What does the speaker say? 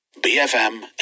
BFM